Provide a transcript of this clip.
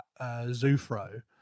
Zufro